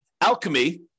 alchemy